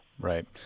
Right